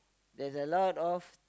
there's a lot of